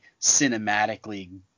cinematically